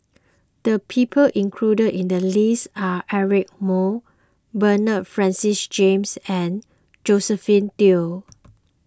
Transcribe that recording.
the people included in the list are Eric Moo Bernard Francis James and Josephine Teo